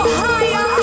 higher